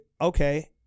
Okay